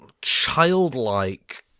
childlike